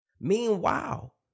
Meanwhile